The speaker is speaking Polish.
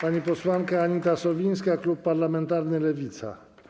Pani posłanka Anita Sowińska, klub parlamentarny Lewica.